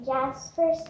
Jasper